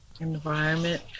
environment